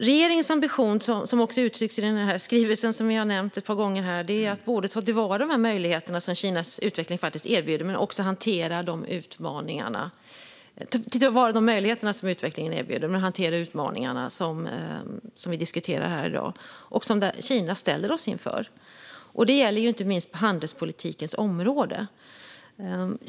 Regeringens ambition, som också uttrycks i den skrivelse som vi har nämnt ett par gånger här, är att ta till vara de möjligheter som Kinas utveckling erbjuder men att också hantera de utmaningar som vi diskuterar här i dag och som Kina ställer oss inför. Detta gäller inte minst på handelspolitikens område.